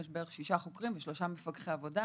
יש שישה חוקרים, שלושה מפקחי עבודה